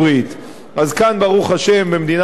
אז כאן, ברוך השם, במדינת ישראל,